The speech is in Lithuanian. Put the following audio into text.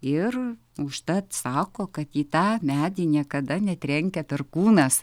ir užtat sako kad į tą medį niekada netrenkia perkūnas